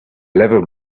level